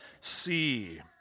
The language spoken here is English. see